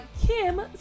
Kim